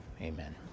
Amen